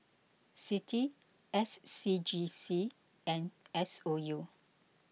Citi S C G C and S O U